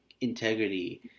integrity